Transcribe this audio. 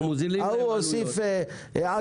ההוא משהו,